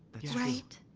right.